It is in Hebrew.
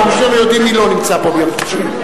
אנחנו שנינו יודעים מי לא נמצא פה ביום שלישי.